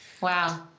Wow